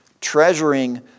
Treasuring